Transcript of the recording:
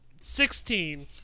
sixteen